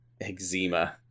Eczema